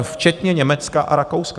Včetně Německa a Rakouska.